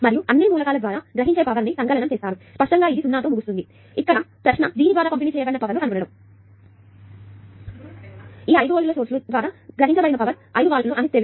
మరియు అన్ని మూలకాల ద్వారా గ్రహించే పవర్ ని సంకలనం చేస్తారు స్పష్టంగా 0 తో ముగుస్తుందిఇక్కడ ప్రశ్న దీని ద్వారా పంపిణీ చేయబడిన పవర్ కనుగొనాలి ఈ 5 వోల్ట్ సోర్స్ లు ద్వారా గ్రహించబడిన పవర్ 5 వాట్లు అని తెలుసు